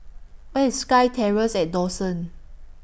Where IS SkyTerrace At Dawson